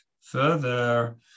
further